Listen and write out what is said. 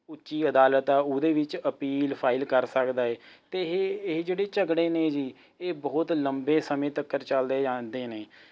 ਉੱਚੀ ਅਦਾਲਤ ਆ ਉਹਦੇ ਵਿੱਚ ਅਪੀਲ ਫਾਈਲ ਕਰ ਸਕਦਾ ਹੈ ਅਤੇ ਇਹ ਇਹ ਜਿਹੜੇ ਝਗੜੇ ਨੇ ਜੀ ਇਹ ਬਹੁਤ ਲੰਬੇ ਸਮੇਂ ਤੱਕ ਚੱਲਦੇ ਜਾਂਦੇ ਨੇ